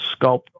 sculpt